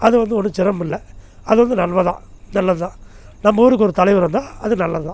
அது வந்து ஒன்றும் சிரமமில்ல அது வந்து நன்மை தான் நல்லது தான் நம்ம ஊருக்கு ஒரு தலைவர் வந்தால் அது நல்லது தான்